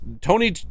Tony